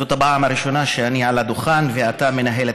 זאת הפעם הראשונה שאני על הדוכן ואתה